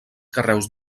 carreus